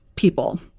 People